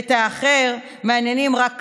ואת האחר מעניינים רק כבוד,